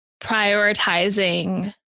prioritizing